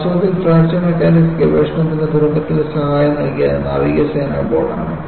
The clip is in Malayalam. വാസ്തവത്തിൽ ഫ്രാക്ചർ മെക്കാനിക്സ് ഗവേഷണത്തിന് തുടക്കത്തിൽ സഹായം നൽകിയ നാവിക ഗവേഷണ ബോർഡാണ്